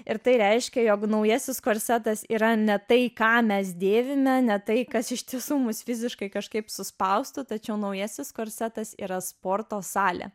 ir tai reiškia jog naujasis korsetas yra ne tai ką mes dėvime ne tai kas iš tiesų mus fiziškai kažkaip suspaustų tačiau naujasis korsetas yra sporto salė